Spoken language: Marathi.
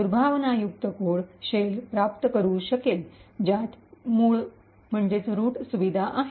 दुर्भावनायुक्त कोड शेल प्राप्त करू शकेल ज्यात मूळ रूट root सुविधा आहेत